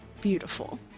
Beautiful